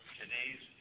today's